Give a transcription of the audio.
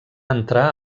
entrar